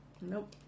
nope